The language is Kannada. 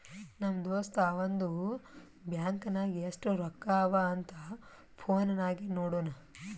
ನಮ್ ದೋಸ್ತ ಅವಂದು ಬ್ಯಾಂಕ್ ನಾಗ್ ಎಸ್ಟ್ ರೊಕ್ಕಾ ಅವಾ ಅಂತ್ ಫೋನ್ ನಾಗೆ ನೋಡುನ್